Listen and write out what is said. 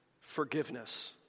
forgiveness